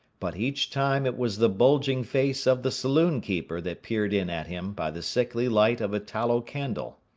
but each time it was the bulging face of the saloon-keeper that peered in at him by the sickly light of a tallow candle.